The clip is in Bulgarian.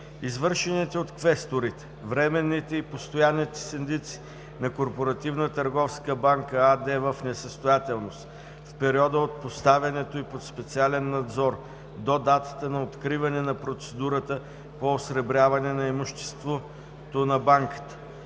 Извършените от квесторите, временните и постоянните синдици на „Корпоративна търговска банка“ АД – в несъстоятелност, в периода от поставянето й под специален надзор до датата на откриване на процедурата по осребряване имуществото на банката,